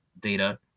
data